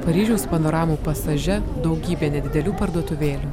paryžiaus panoramų pasaže daugybė nedidelių parduotuvėlių